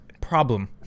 Problem